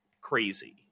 crazy